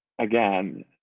again